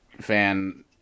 fan